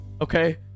Okay